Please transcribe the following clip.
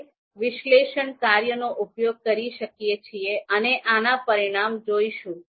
આપણે વિશ્લેષણ કાર્યનો ઉપયોગ કરી શકીએ છીએ અને અના પરિણામ જોઈશું